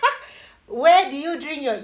where do you drink your